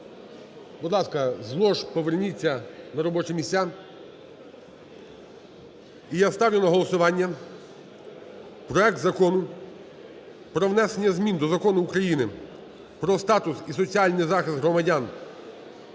поверніться на робочі місця. І я ставлю на голосування проект Закону про внесення змін до Закону України "Про статус і соціальний захист громадян,